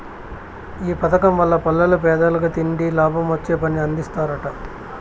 ఈ పదకం వల్ల పల్లెల్ల పేదలకి తిండి, లాభమొచ్చే పని అందిస్తరట